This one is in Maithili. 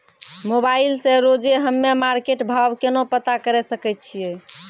मोबाइल से रोजे हम्मे मार्केट भाव केना पता करे सकय छियै?